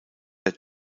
der